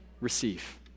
receive